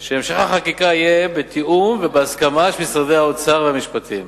שהמשך החקיקה יהיה בתיאום ובהסכמה של משרדי האוצר והמשפטים.